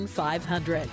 500